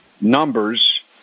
numbers